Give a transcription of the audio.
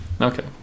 Okay